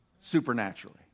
supernaturally